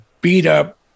beat-up